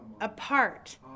apart